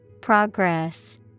Progress